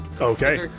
Okay